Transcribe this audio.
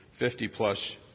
50-plus